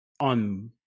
on